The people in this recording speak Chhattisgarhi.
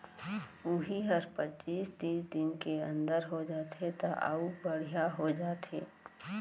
उही हर पचीस तीस दिन के अंदर हो जाथे त अउ बड़िहा हो जाथे